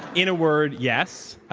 in a word, yes,